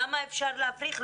למה אפשר להפריך?